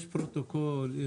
יש פרוטוקול.